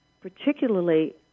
particularly